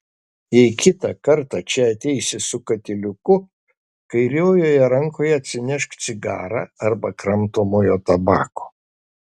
jei kitą kartą čia ateisi su katiliuku kairiojoje rankoje atsinešk cigarą arba kramtomojo tabako